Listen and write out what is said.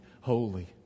holy